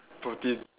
protein